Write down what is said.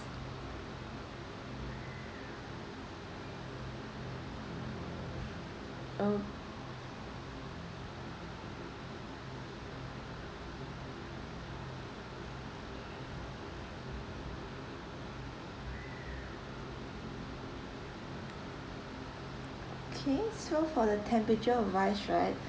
oh okay so for the temperature wise right